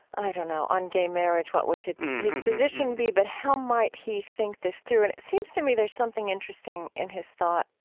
i don't know, on gay marriage, what would his his position be, but how might he think this through. and it seems to me there's something interesting in his thought,